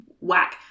whack